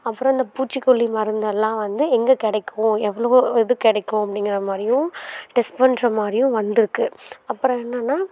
அப்புறம் இந்த பூச்சிக்கொல்லி மருந்தெல்லாம் வந்து எங்கே கிடைக்கும் எவ்வளவோ இது கிடைக்கும் அப்படிங்குற மாதிரியும் டெஸ்ட் பண்ணுற மாதிரியும் வந்திருக்கு அப்புறம் என்னென்னால்